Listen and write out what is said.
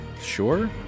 Sure